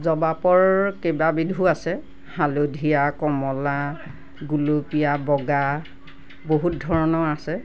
জবাৰ কেইবাবিধো আছে হালধীয়া কমলা গুলপীয়া বগা বহুত ধৰণৰ আছে